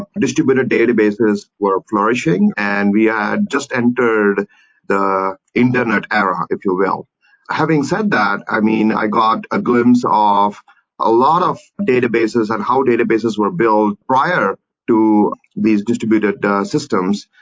distributed databases were flourishing and we ah had just entered the internet era, if you will having said that, i mean, i got a glimpse of a lot of databases and how databases were built prior to these distributed systems,